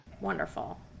Wonderful